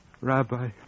Rabbi